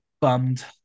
bummed